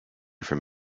from